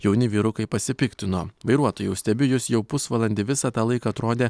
jauni vyrukai pasipiktino vairuotojau stebiu jus jau pusvalandį visą tą laiką atrodė